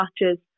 matches